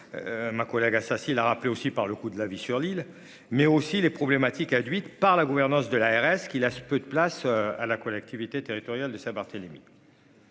Ma collègue. Rappeler aussi par le coût de la vie sur l'île mais aussi les problématiques à huit par la gouvernance de l'ARS qui l'ce peu de place à la collectivité territoriale de Saint-Barthélemy.